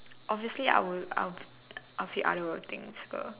obviously I would I'll I'll pick other things uh